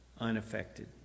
unaffected